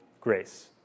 grace